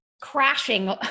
crashing